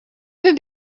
even